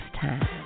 time